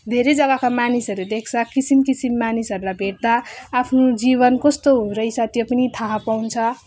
धेरै जग्गाका मानिसहरू देख्छ किसिम किसिम मानिसहरूलाई भेट्दा आफ्नो जीवन कस्तो रहेछ त्यो पनि थाहा पाइन्छ